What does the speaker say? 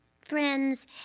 Friends